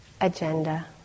agenda